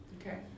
Okay